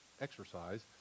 exercise